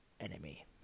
enemy